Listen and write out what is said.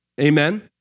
Amen